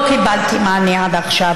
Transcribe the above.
לא קיבלתי מענה עד עכשיו.